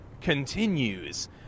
continues